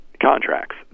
contracts